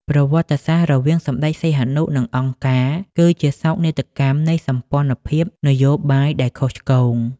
ប្រវត្តិសាស្ត្ររវាងសម្តេចសីហនុ និងអង្គការ គឺជាសោកនាដកម្មនៃសម្ព័ន្ធភាពនយោបាយដែលខុសឆ្គង។